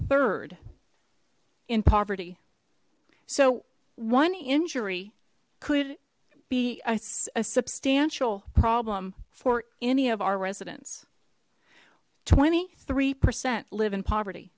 third in poverty so one injury could be a substantial problem for any of our residents twenty three percent live in poverty